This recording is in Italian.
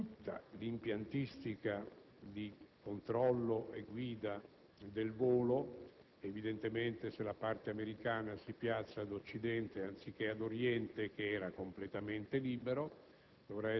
tutta l'impiantistica di controllo e guida del volo, evidentemente se la parte americana si piazza ad occidente anziché ad oriente, che era completamente libero,